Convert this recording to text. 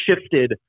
shifted